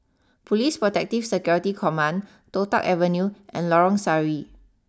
police Protective Security Command Toh Tuck Avenue and Lorong Sari